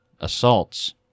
assaults